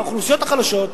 האוכלוסיות החלשות,